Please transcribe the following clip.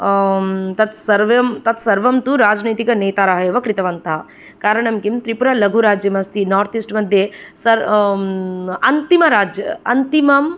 तत्सर्वें तत्सर्वं तु राजनैतिकनेतारः एव कृतवन्तः कारणं किं त्रिपुरालघुराज्यम् अस्ति नार्थ् ईस्ट् मध्ये सर् अन्तिमराज्य अन्तिमम्